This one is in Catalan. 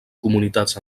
comunitats